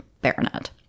baronet